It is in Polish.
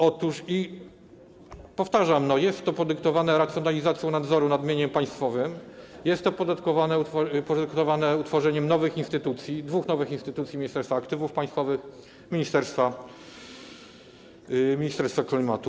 Otóż, powtarzam, jest to podyktowane racjonalizacją nadzoru nad mieniem państwowym, jest to podyktowane utworzeniem nowych instytucji, dwóch nowych instytucji: Ministerstwa Aktywów Państwowych i Ministerstwa Klimatu.